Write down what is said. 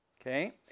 Okay